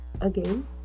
Again